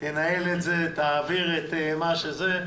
תנהל את זה ותעביר את זה.